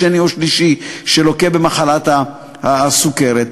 שני או שלישי שלוקה במחלת הסוכרת,